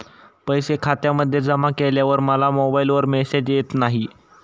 पैसे खात्यामध्ये जमा केल्यावर मला मोबाइलवर मेसेज येत नाही?